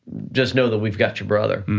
just know that we've got your brother.